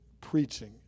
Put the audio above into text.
preaching